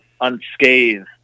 unscathed